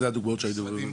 מה הכוונה,